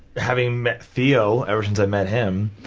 having met theo, ever since i met him,